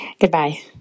Goodbye